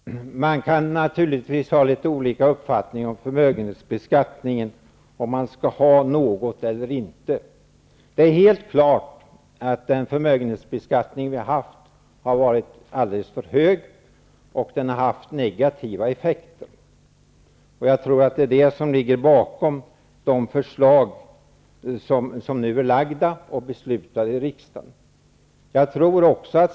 Herr talman! Man kan naturligtvis ha litet olika uppfattning om förmögenhetsbeskattning, dvs. om man skall ha någon beskattning eller ej. Det är helt klart att den förmögenhetsbeskattning som vi har haft har varit alldeles för hög och haft negativa effekter. Det är troligtvis det som ligger bakom de förslag som nu är framlagda och antagna i riksdagen.